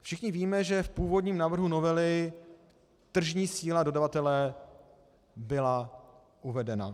Všichni víme, že v původním návrhu novely tržní síla dodavatele byla uvedena.